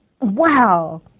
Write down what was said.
Wow